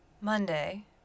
Monday